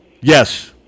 Yes